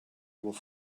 will